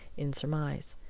in surmise.